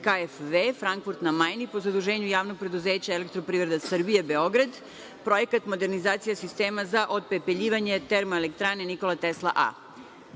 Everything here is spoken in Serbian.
KfW Frankfurt na Majni, po zaduženju javnog preduzeća „Elektroprivreda Srbije Beograd“, Projekat modernizacije sistema za otpepeljivanje Termoelektrane „Nikola Tesla